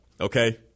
Okay